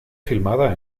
filmada